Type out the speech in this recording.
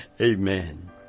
Amen